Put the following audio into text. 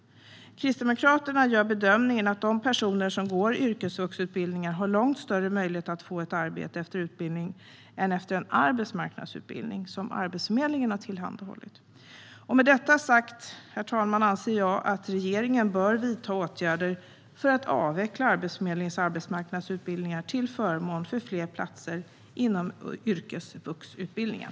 Kristdemokraterna gör bedömningen att personer som går yrkesvuxenutbildningar har långt större möjlighet att få ett arbete efter utbildningen än efter en arbetsmarknadsutbildning som Arbetsförmedlingen har tillhandahållit. Med detta sagt, herr talman, anser jag att regeringen bör vidta åtgärder för att avveckla Arbetsförmedlingens arbetsmarknadsutbildningar till förmån för fler platser inom yrkesvuxenutbildningen.